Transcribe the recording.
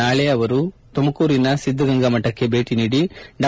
ನಾಳೆ ಅವರು ತುಮಕೂರಿನ ಸಿದ್ದಗಂಗಾ ಮಠಕ್ಕೆ ಭೇಟಿ ನೀಡಿ ಡಾ